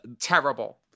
terrible